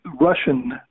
Russian